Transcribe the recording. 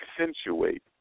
accentuate